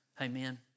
Amen